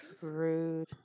Rude